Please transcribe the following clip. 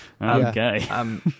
Okay